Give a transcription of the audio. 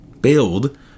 build